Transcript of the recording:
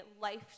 life